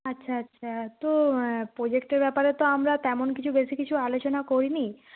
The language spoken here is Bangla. আচ্ছা আচ্ছা তো প্রোজেক্টের ব্যাপারে তো আমরা তেমন কিছু বেশি কিছু আলোচনা করি নি